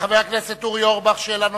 חבר הכנסת אורי אורבך, שאלה נוספת,